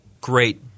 great